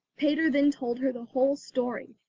peter then told her the whole story,